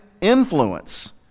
influence